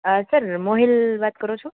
હા સર મોહિલ વાત કરો છો